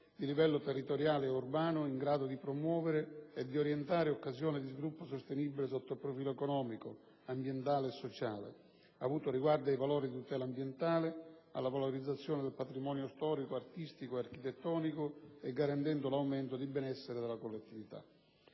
di livello territoriale e urbano in grado di promuovere e di orientare occasioni di sviluppo sostenibile sotto il profilo economico, ambientale e sociale, avuto riguardo ai valori di tutela ambientale, alla valorizzazione del patrimonio storico, artistico e architettonico e garantendo l'aumento di benessere della collettività;